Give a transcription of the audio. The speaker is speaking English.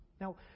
Now